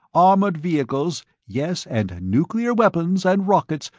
armored vehicles, yes, and nuclear weapons and rockets,